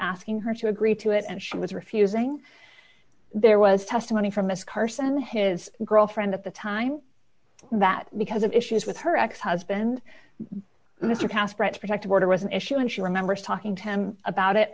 asking her to agree to it and she was refusing there was testimony from ms carson his girlfriend at the time that because of issues with her ex husband who cast threats protective order was an issue and she remembers talking to him about it